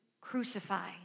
crucify